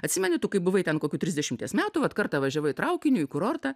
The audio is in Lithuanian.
atsimeni tu kai buvai ten kokių trisdešimties metų vat kartą važiavai traukiniu į kurortą